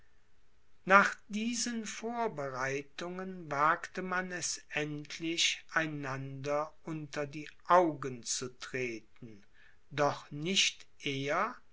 nach diesen vorbereitungen wagte man es endlich einander unter die augen zu treten doch nicht eher